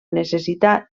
necessitar